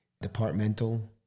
departmental